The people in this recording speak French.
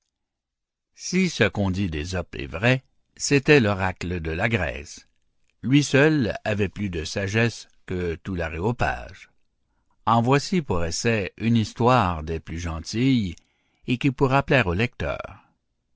si ce qu'on dit d'ésope est vrai c'était l'oracle de la grèce lui seul avait plus de sagesse que tout l'aréopage en voici pour essai une histoire des plus gentilles et qui pourra plaire au lecteur